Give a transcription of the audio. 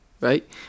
right